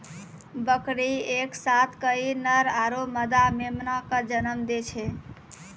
बकरी एक साथ कई नर आरो मादा मेमना कॅ जन्म दै छै